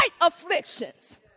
afflictions